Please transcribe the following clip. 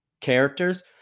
characters